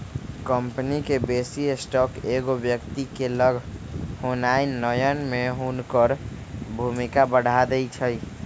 company के बेशी stock एगो व्यक्ति के लग होनाइ नयन में हुनकर भूमिका बढ़ा देइ छै